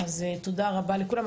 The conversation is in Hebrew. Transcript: אז תודה רבה לכולם.